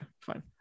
fine